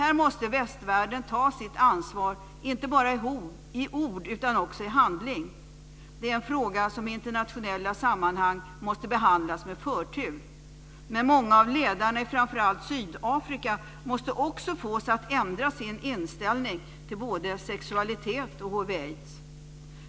Här måste västvärlden ta sitt ansvar inte bara i ord utan också i handling. Detta är en fråga som måste behandlas med förtur i internationella sammanhang. Många av ledarna i framför allt Sydafrika måste också fås att ändra sin inställning till både sexualitet och hiv/aids.